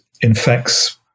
infects